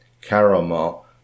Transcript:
caramel